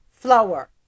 Flour